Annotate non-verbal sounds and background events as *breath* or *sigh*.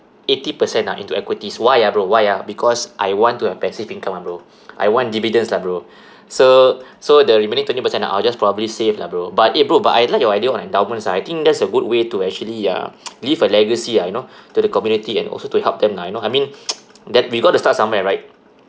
eighty percent ah into equities why ah bro why ah because I want to have passive income ah bro *breath* I want dividends lah bro *breath* so so the remaining twenty percent ah I'll just probably save lah bro but eh bro but I like your idea on endowments ah I think that's a good way to actually uh *noise* leave a legacy ah you know to the community and also to help them lah you know I mean *noise* that we gotta start somewhere right